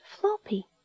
Floppy